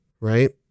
right